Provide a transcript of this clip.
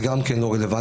זה גם כן לא רלוונטי,